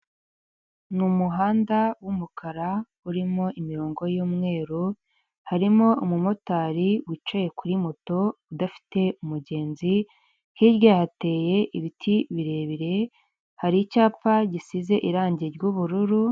Ni umuhanda w ’umukara urimo imirongo y’ umweru, Harimo umumotari wicaye kuri moto udafite umugenzi. Hirya hateye ibiti birebire, hari icyapa gisize irangi ry'ubururu.